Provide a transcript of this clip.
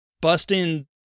busting